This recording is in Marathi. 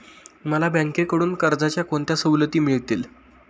मला बँकेकडून कर्जाच्या कोणत्या सवलती मिळतील?